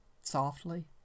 softly